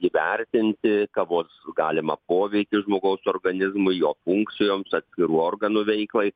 įvertinti kavos galimą poveikį žmogaus organizmui jo funkcijoms atskirų organų veiklai